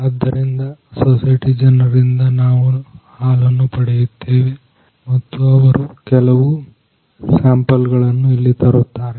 ಆದ್ದರಿಂದ ಸೊಸೈಟಿ ಜನರಿಂದ ನಾವು ಹಾಲನ್ನ ಪಡೆಯುತ್ತೇವೆ ಮತ್ತು ಅವರು ಕೆಲವು ಸ್ಯಾಂಪಲ್ ಗಳನ್ನು ಇಲ್ಲಿ ತರುತ್ತಾರೆ